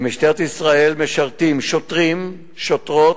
במשטרת ישראל משרתים שוטרים, שוטרות,